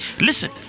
listen